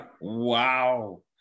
Wow